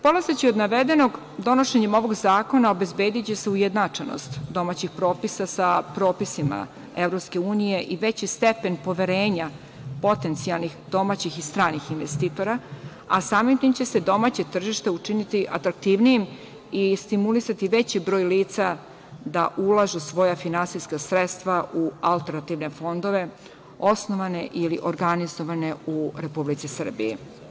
Polazeći od navedenog, donošenjem ovog zakona obezbediće se ujednačenost domaćih propisa sa propisima EU i veći stepen poverenja potencijalnih domaćih i stranih investitora, a samim tim će se domaće tržište učiniti atraktivnijim i stimulisati veći broj lica da ulažu svoja finansijska sredstva u alternativne fondove osnovane ili organizovane u Republici Srbiji.